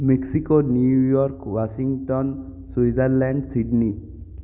Mexico New York Washington Switzerland Sydney